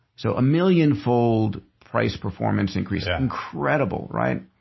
so a millionfold price performance increase yeah incredible, right?